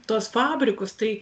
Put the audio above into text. tuos fabrikus tai